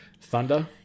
Thunder